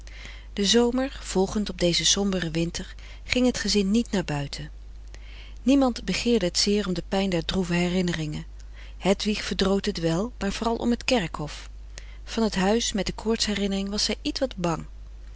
den zomer volgend op dezen somberen winter ging het gezin niet naar buiten niemand begeerde het zeer om de pijn der droeve herinneringen hedwig verdroot het wel maar vooral om t kerkhof van t huis met de koorts herinnering was zij ietwat bang